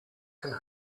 can